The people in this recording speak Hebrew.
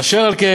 אשר על כן,